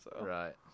Right